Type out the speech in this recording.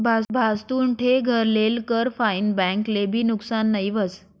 भाजतुन ठे घर लेल कर फाईन बैंक ले भी नुकसान नई व्हस